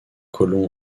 colons